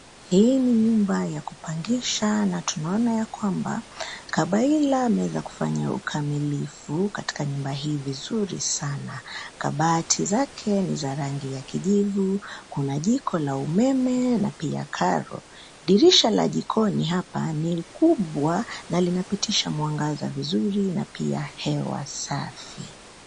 Hii ni nyumba ya kupangisha na tunaona ya kwamba, kabaila ameweza kufanya ukamilifu katika nyumba hii vizuri sana. Kabati zake ni za rangi ya kijivu. Kuna jiko la umeme, na pia karo. Dirisha la jikoni hapa, ni kubwa na linapitisha mwangaza vizuri, na pia hewa safi.